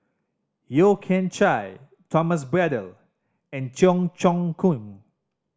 Yeo Kian Chai Thomas Braddell and Cheong Choong Kong